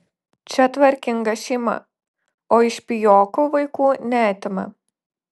čia tvarkinga šeima o iš pijokų vaikų neatima